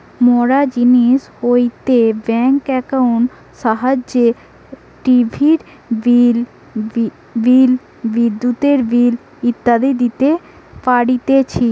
মোরা নিজ হইতে ব্যাঙ্ক একাউন্টের সাহায্যে টিভির বিল, বিদ্যুতের বিল ইত্যাদি দিতে পারতেছি